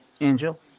Angel